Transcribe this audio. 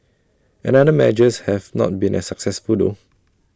another measures have not been as successful though